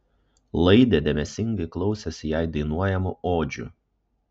laidė dėmesingai klausėsi jai dainuojamų odžių